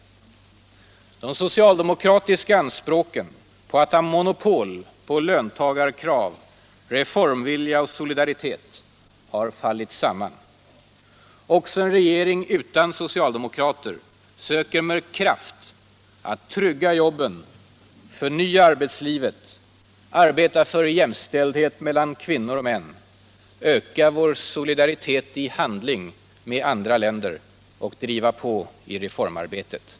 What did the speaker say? De socialdemokratiska anspråken på att ha monopol på löntagarkrav, reformvilja och solidaritet har fallit samman. Också en regering utan socialdemokrater söker med kraft att trygga jobben, förnya arbetslivet, arbeta för jämställdhet mellan kvinnor och män, öka vår internationella solidaritet i handling och driva på reformarbetet.